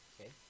okay